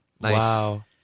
Wow